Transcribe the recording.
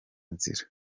nzira